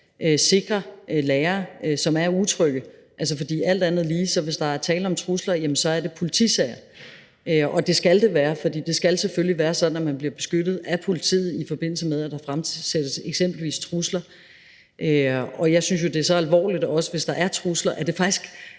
sikre lærere, som er utrygge. For alt andet lige er det, hvis der er tale om trusler, politisager. Og det skal det være, for det skal selvfølgelig være sådan, at man bliver beskyttet af politiet, i forbindelse med at der fremsættes eksempelvis trusler. Jeg synes jo også, det er så alvorligt, hvis der er trusler, at det faktisk